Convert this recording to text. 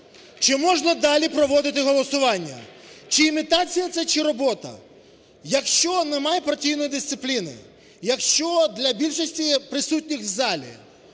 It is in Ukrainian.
Чи можна далі проводити голосування? Чи імітація це чи робота? Якщо немає партійної дисципліни, якщо для більшості присутніх у залі